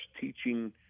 teaching